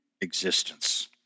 existence